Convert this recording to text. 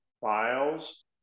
files